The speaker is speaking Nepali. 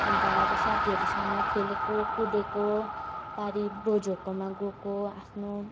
अन्त अब साथीहरूसँग खेलेको कुदेको पारी बोजुहरूकोमा गएको आफ्नो